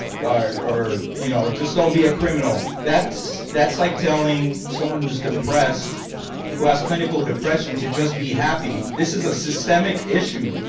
or, you know, just don't be a criminal, that's that's like telling someone who is depressed who has clinical depression to just be happy. this is a systemic issue.